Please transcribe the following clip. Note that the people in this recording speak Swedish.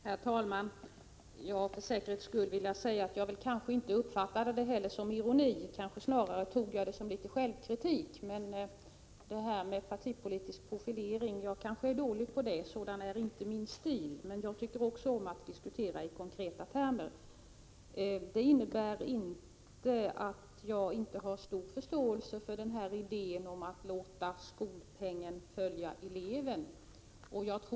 Herr talman! För säkerhets skull vill jag säga att jag nog inte uppfattade det som statsrådet Göransson sade som ironi. Snarare tog jag det som viss självkritik. Jag kanske är dålig på partipolitisk profilering — det är inte min stil. Jag tycker däremot om att diskutera i konkreta termer. Det innebär inte att jag inte har stor förståelse för idén att man skall låta skolpengen följa eleven.